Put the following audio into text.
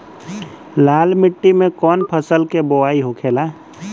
लाल मिट्टी में कौन फसल के बोवाई होखेला?